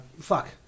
Fuck